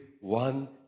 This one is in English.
one